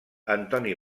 antoni